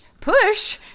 Push